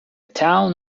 town